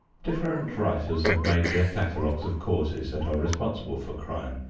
different writers have made their catalogues of causes that are responsible for crime,